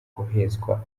guhezwa